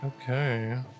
Okay